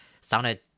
sounded